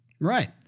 Right